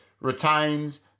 Retains